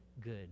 good